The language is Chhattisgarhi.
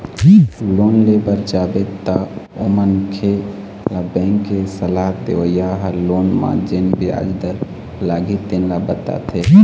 लोन ले बर जाबे तअमनखे ल बेंक के सलाह देवइया ह लोन म जेन बियाज दर लागही तेन ल बताथे